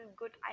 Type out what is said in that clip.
good